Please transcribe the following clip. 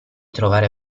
trovare